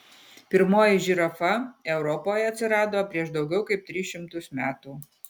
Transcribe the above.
pirmoji žirafa europoje atsirado prieš daugiau kaip tris šimtus metų